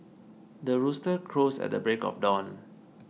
the rooster crows at the break of dawn